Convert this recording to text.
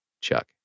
Chuck